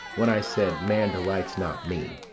when i said man delights not me?